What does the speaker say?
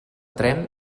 tren